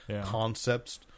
concepts